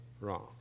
wrong